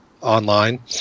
online